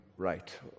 right